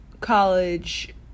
college